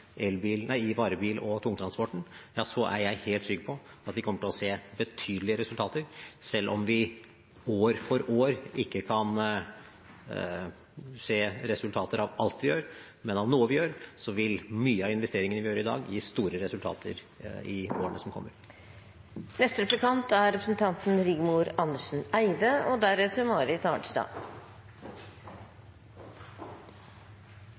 varebil- og tungtransporten, ja, så er jeg helt trygg på at vi kommer til å se betydelige resultater. Selv om vi år for år ikke kan se resultater av alt vi gjør, men av noe vi gjør, så vil mye av investeringene vi gjør i dag, gi store resultater i årene som kommer. Som nevnt i statsrådens innlegg har vi sammen styrket statsrådens handlingsrom og